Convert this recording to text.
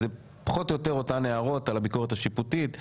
זה פחות או יותר אותן הערות על הביקורת השיפוטית,